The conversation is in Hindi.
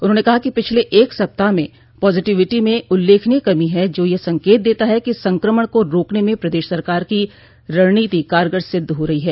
उन्होंने कहा कि पिछले एक सप्ताह में पॉजिटिविटी में उल्लेखनीय कमी है जो यह संकेत देता है कि संक्रमण को रोकने में प्रदेश सरकार की रणनीति कारगर सिद्ध हो रही है